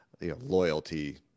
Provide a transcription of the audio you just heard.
loyalty